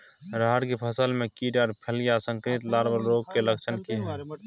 रहर की फसल मे कीट आर फलियां संक्रमित लार्वा रोग के लक्षण की हय?